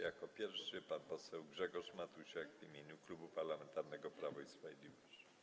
Jako pierwszy pan poseł Grzegorz Matusiak w imieniu Klubu Parlamentarnego Prawo i Sprawiedliwość.